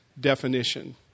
definition